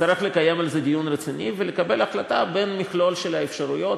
נצטרך לקיים על זה דיון רציני ולקבל החלטה בין מכלול האפשרויות,